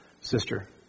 sister